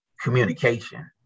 communication